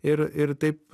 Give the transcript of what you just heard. ir ir taip